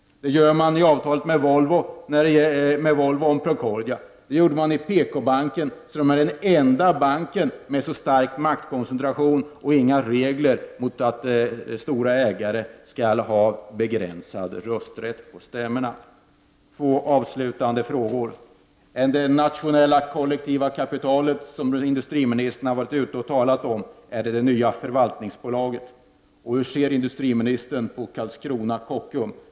Det gör man i avtalet med Volvo om Procordia. Det gjorde man i PKbanken, som är den enda banken som har en verkligt stark maktkoncentration och inga regler för att stora ägare skall ha begränsad rösträtt på stämmorna. Två avslutande frågor: Det nationella kollektiva kapital som industriministern har talat om, är det det nya förvaltningsbolaget? Hur ser industriministern på Karlskrona-Kockum?